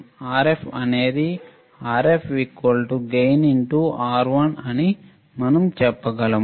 Rf అనేది Rf gain R1 అని మనం చెప్పగలం